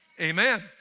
Amen